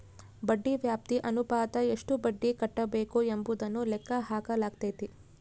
ಬಡ್ಡಿ ವ್ಯಾಪ್ತಿ ಅನುಪಾತ ಎಷ್ಟು ಬಡ್ಡಿ ಕಟ್ಟಬೇಕು ಎಂಬುದನ್ನು ಲೆಕ್ಕ ಹಾಕಲಾಗೈತಿ